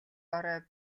орой